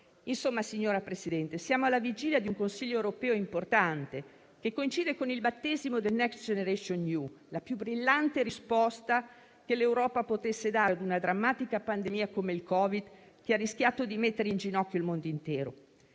Insomma, signor Presidente, siamo alla vigilia di un Consiglio europeo importante, che coincide con il battesimo del Next generation EU, la più brillante risposta che l'Europa potesse dare a una drammatica pandemia come quella da Covid-19, che ha rischiato di mettere in ginocchio il mondo intero.